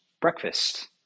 breakfast